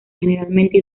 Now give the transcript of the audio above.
generalmente